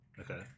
Okay